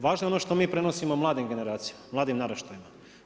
Važno je ono što mi prenosimo mladim generacijama, mladim naraštajima.